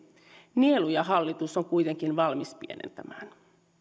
nieluja hallitus on kuitenkin valmis pienentämään